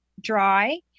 dry